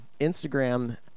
instagram